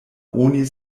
oni